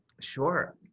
Sure